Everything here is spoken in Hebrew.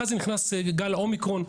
אחרי זה נכנס גל אומיקרון.